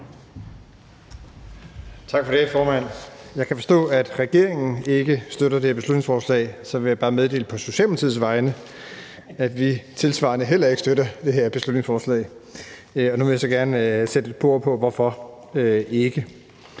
Tak for det, formand. Jeg kan forstå på ministeren, at regeringen ikke støtter det her beslutningsforslag, og så vil jeg bare meddele på Socialdemokratiets vegne, at vi tilsvarende heller ikke støtter beslutningsforslaget. Og nu vil jeg så gerne sætte et par ord på hvorfor.